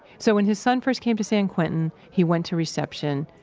so, when his son first came to san quentin, he went to reception,